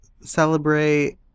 celebrate